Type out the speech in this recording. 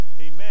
Amen